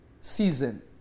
season